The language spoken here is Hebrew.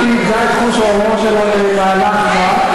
גברתי איבדה את חוש ההומור שלה, במהלך מה,